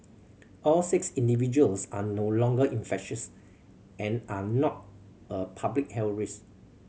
all six individuals are no longer infectious and are not a public health risk